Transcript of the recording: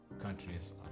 countries